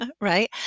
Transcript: right